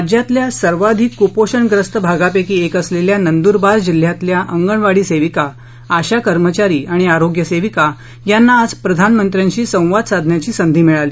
राज्यातील सर्वाधीक कुपोषणप्रस्त भागापैकी एक असलेल्या नंदुरबार जिल्ह्यातील अंगणवाडीसेविका आशा कर्मचारी आणि आरोग्य सेविका यांना आज प्रधानमंत्र्यांशी संवाद साधण्याची संधी मिळाली